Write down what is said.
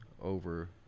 over